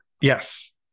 yes